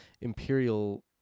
Imperial